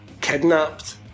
kidnapped